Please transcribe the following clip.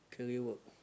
career work